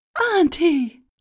Auntie